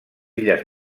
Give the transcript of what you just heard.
illes